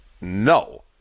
no